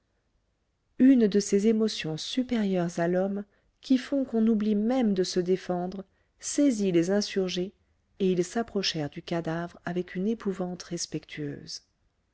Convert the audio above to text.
une de ces émotions supérieures à l'homme qui font qu'on oublie même de se défendre saisit les insurgés et ils s'approchèrent du cadavre avec une épouvante respectueuse